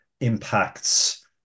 impacts